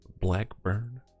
Blackburn